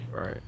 Right